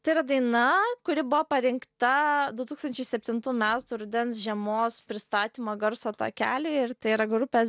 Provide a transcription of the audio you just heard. tai yra daina kuri buvo parinkta du tūkstančiai septintų metų metų rudens žiemos pristatymo garso takelį ir tai yra grupės